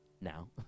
now